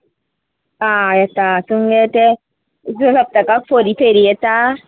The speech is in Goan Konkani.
आं येता तुमगे ते सप्तकाक फोरी फेरी येता